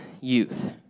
youth